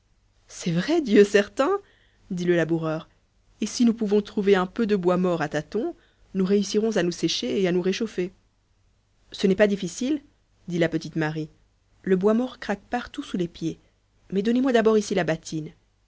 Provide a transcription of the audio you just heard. c'est vrai dieu certain dit le laboureur et si nous pouvons trouver un peu de bois mort à tâtons nous réussirons à nous sécher et à nous réchauffer ce n'est pas difficile dit la petite marie le bois mort craque partout sous les pieds mais donnez-moi d'abord ici la bâtine